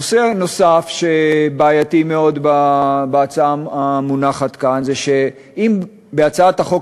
נושא נוסף בעייתי מאוד בהצעה המונחת כאן זה שאם בהצעת החוק